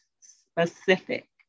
specific